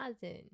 cousin